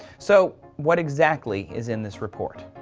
so, what exactly is in this report?